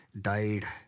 died